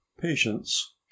Patience